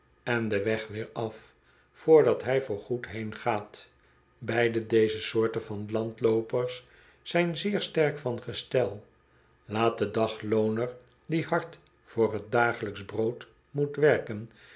en den weg weer af vrdat hij voorgoed heengaat beide deze soorten van landloopers zijn zeer sterk van gestel laat de daglooner die hard voor t dagelijksch brood moet werken